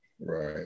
right